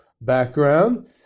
background